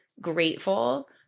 grateful